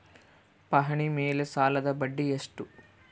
ಪಹಣಿ ಮೇಲೆ ಸಾಲದ ಬಡ್ಡಿ ಎಷ್ಟು?